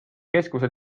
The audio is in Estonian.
keskuse